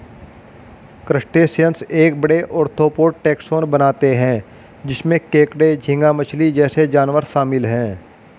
crustaceans एक बड़े, arthropod taxon बनाते हैं जिसमें केकड़े, झींगा मछली जैसे जानवर शामिल हैं